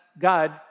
God